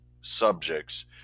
subjects